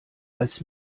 als